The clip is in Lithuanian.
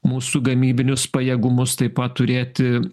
mūsų gamybinius pajėgumus taip pat turėti